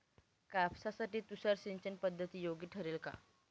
कापसासाठी तुषार सिंचनपद्धती योग्य ठरेल का?